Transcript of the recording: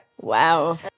Wow